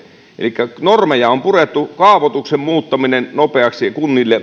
elikkä normeja on purettu kaavoituksen muuttaminen nopeaksi